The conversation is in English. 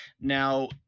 Now